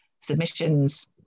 submissions